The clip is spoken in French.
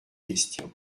question